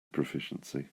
proficiency